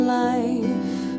life